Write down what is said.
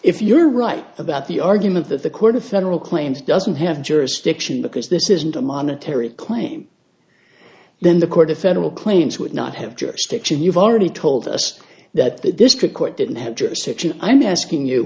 if you're right about the argument that the court of federal claims doesn't have jurisdiction because this isn't a monetary claim then the court of federal claims would not have jurisdiction you've already told us that the district court didn't have jurisdiction i'm asking you